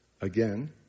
Again